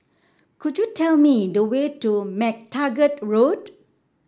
could you tell me the way to MacTaggart Road